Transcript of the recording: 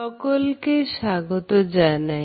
সকলকে স্বাগত জানাই